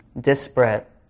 disparate